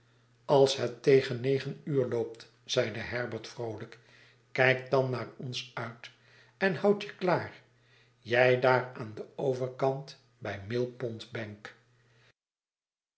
als het tegen negen uur loopt zeide herbert vroolijk kijk dan naar ons uit en houd je klaar jij daar aan den overkantbij millpondbank